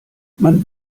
man